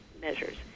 measures